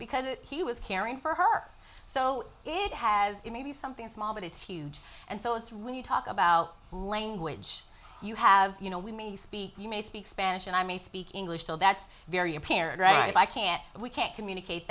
because he was caring for her so it has maybe something small but it's huge and so it's really you talk about language you have you know we may speak you may speak spanish and i may speak english so that's very apparent right i can't we can't communicate